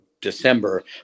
December